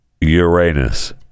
Uranus